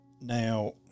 now